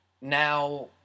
now